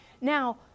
now